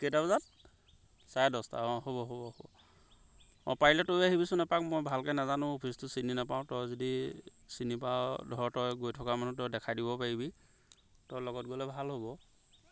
কেইটা বজাত চাৰে দহটা অঁ হ'ব হ'ব হ'ব অঁ পাৰিলে তয়ো আহিবিচোন এপাক মই ভালকে নাজানো অফিচটো চিনি নাপাওঁ তই যদি চিনি পাৱ ধৰ তই গৈ থকা মানুহ তই দেখাই দিব পাৰিবি তই লগত গ'লে ভাল হ'ব